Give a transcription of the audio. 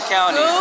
County